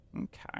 okay